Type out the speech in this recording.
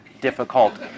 difficult